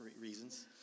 reasons